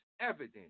evident